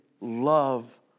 love